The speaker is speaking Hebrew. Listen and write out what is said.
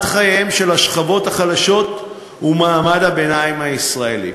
החיים של השכבות החלשות ושל מעמד הביניים הישראלי.